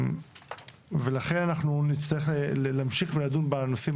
לכן אנחנו נצטרך להמשיך ולדון בנושאים